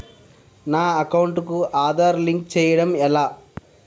నా అకౌంట్ కు Aadhaar card link చేయడం ఎలా?